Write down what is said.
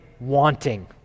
wanting